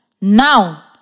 Now